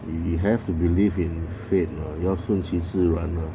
you have to believe in fate lah 要顺其自然 lah